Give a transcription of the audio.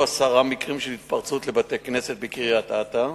עשרה מקרים של התפרצות לבתי-כנסת בקריית-אתא.